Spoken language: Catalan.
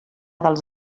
dels